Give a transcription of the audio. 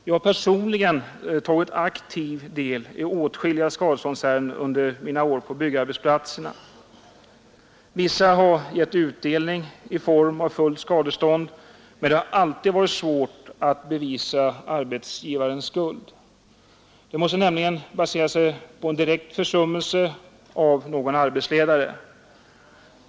Jag har personligen tagit aktiv del i åtskilliga skadeståndsärenden under mina år på byggarbetsplatserna. Vissa har gett utdelning i form av fullt skadestånd, men det har alltid varit svårt att bevisa arbetsgivarens skuld. Den måste nämligen basera sig på direkt försummelse av någon arbetsledare.